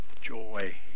joy